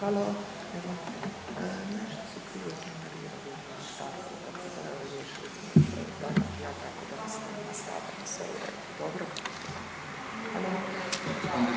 Hvala